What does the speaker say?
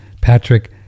Patrick